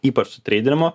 ypač su treidinimu